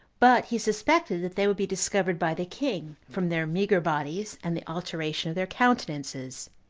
but he suspected that they would be discovered by the king, from their meagre bodies, and the alteration of their countenances,